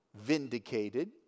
vindicated